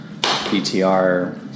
PTR